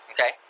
Okay